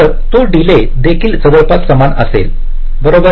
तर तो डीले देखील जवळपास समान असेल बरोबर